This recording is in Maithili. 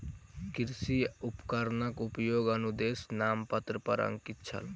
कृषि उपकरणक उपयोगक अनुदेश नामपत्र पर अंकित छल